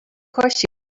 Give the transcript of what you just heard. course